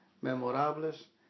memorables